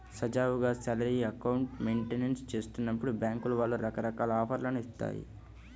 సజావుగా salary account maintain చేస్తున్నప్పుడు బ్యేంకుల వాళ్ళు రకరకాల ఆఫర్లను ఇత్తాయి